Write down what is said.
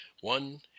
one